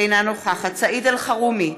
אינה נוכחת סעיד אלחרומי,